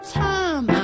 time